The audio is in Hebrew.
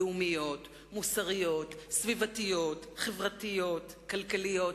לאומיות, מוסריות, סביבתיות, חברתיות, כלכליות.